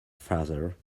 father